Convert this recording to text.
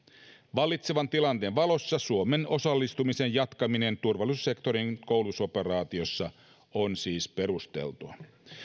vallitsevan tilanteen valossa suomen osallistumisen jatkaminen turvallisuussektorin koulutusoperaatiossa on siis perusteltua